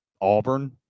Auburn